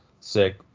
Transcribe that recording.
Sick